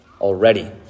already